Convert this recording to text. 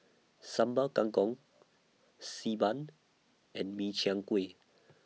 Sambal Kangkong Xi Ban and Min Chiang Kueh